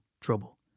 trouble